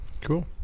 cool